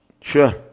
Sure